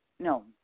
No